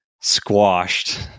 squashed